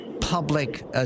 public